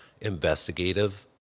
investigative